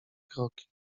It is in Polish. kroki